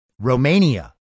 Romania